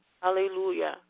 Hallelujah